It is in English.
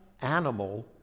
animal